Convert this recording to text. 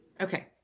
Okay